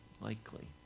likely